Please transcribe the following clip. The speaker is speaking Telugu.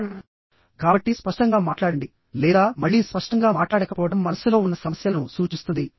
ఉచ్ఛారణకాబట్టి స్పష్టంగా మాట్లాడండి లేదా మళ్ళీ స్పష్టంగా మాట్లాడకపోవడం మనస్సులో ఉన్న సమస్యలను సూచిస్తుంది